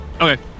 Okay